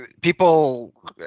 people